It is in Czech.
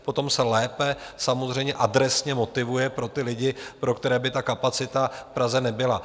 Potom se lépe samozřejmě adresně motivuje pro lidi, pro které by kapacita v Praze nebyla.